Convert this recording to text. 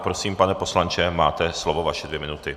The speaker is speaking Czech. Prosím, pane poslanče, máte slovo, vaše dvě minuty.